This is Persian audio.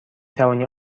توانی